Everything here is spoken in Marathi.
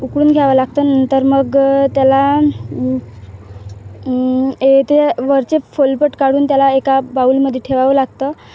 उकडून घ्यावं लागतं नंतर मग त्याला हे ते वरचे फलपट काढून त्याला एका बाउलमध्ये ठेवावं लागतं